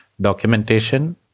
documentation